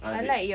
ah that